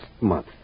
month